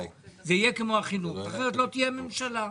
זה יהיה כמו החינוך אחרת לא תהיה ממשלה.